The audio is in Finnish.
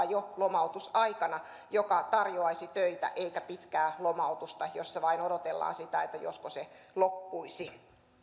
jo lomautusaikana sellaista työpaikkaa joka tarjoaisi töitä eikä pitkää lomautusta jolloin vain odotellaan sitä että josko se loppuisi